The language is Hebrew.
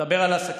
על העסקים.